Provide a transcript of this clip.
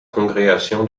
congrégation